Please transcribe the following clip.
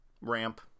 Ramp